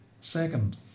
second